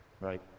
right